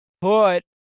put